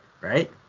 right